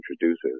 introduces